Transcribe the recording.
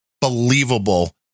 believable